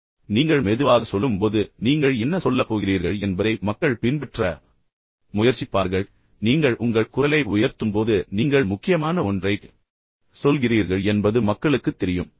எனவே நீங்கள் மெதுவாகச் செல்லும்போது நீங்கள் என்ன சொல்லப் போகிறீர்கள் என்பதை மக்கள் பின்பற்ற முயற்சிப்பார்கள் நீங்கள் மீண்டும் உங்கள் குரலை உயர்த்தும்போது நீங்கள் முக்கியமான ஒன்றைச் சொல்கிறீர்கள் என்பது மக்களுக்குத் தெரியும்